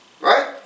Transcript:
Right